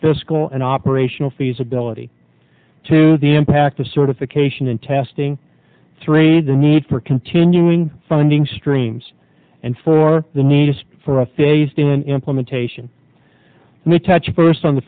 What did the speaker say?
fiscal and operational feasibility to the impact of certification in testing three the need for continuing funding streams and for the new just for a phased in implementation and we touch first on the